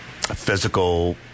physical